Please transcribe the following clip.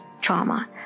trauma